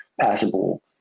passable